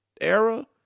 era